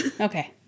okay